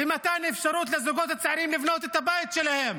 מתן אפשרות לזוגות הצעירים לבנות את הבית שלהם